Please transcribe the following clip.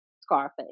Scarface